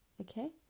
Okay